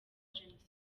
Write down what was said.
jenoside